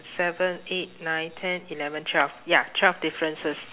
seven eight nine ten eleven twelve ya twelve differences